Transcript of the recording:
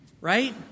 Right